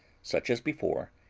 such as before,